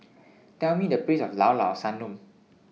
Tell Me The Place of Llao Llao Sanum